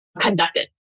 conducted